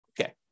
Okay